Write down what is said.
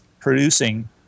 producing